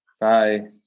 Bye